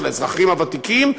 של האזרחים הוותיקים,